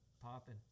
popping